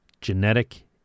genetic